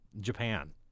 Japan